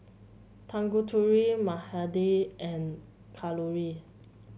Tanguturi Mahade and Kalluri